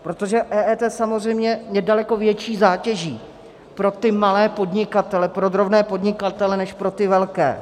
Protože EET samozřejmě je daleko větší zátěží pro malé podnikatele, pro drobné podnikatele než pro ty velké.